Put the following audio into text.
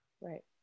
Right